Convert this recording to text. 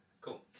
Cool